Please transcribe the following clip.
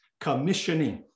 commissioning